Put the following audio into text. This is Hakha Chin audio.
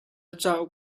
cauk